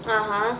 (uh huh)